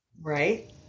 Right